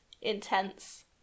intense